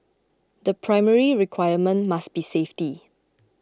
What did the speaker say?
the primary requirement must be safety